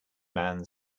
man